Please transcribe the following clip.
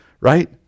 right